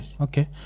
Okay